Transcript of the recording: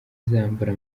izambara